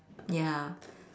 ya